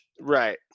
Right